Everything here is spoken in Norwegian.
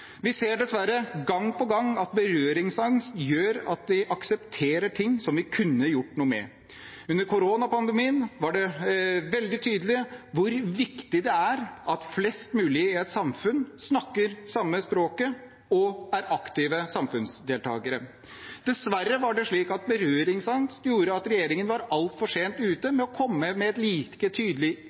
Vi ser dessverre gang på gang at berøringsangst gjør at vi aksepterer ting som vi kunne gjort noe med. Under koronapandemien er det veldig tydelig hvor viktig det er at flest mulig i et samfunn snakker det samme språket og er aktive samfunnsdeltakere. Dessverre var det slik at berøringsangst gjorde at regjeringen var altfor sent ute med å komme med like